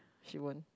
she won't